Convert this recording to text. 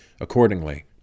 Accordingly